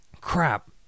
Crap